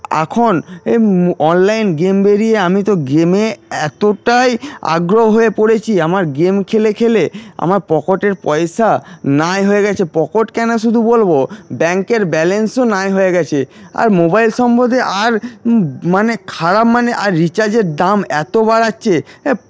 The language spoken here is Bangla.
এখন এই অনলাইন গেম বেরিয়ে আমি তো গেমে এতোটাই আগ্রহ হয়ে পড়েছি আমার গেম খেলে খেলে আমার পকেটের পয়সা নাই হয়ে গেছে পকেট কেন শুধু বলব ব্যাঙ্কের ব্যালেন্সও নাই হয়ে গেছে আর মোবাইল সম্বন্ধে আর মানে খারাপ মানে আর রিচার্জের দাম এতো বাড়াচ্ছে